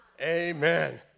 Amen